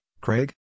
Craig